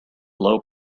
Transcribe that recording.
low